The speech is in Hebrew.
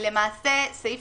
למעשה סעיף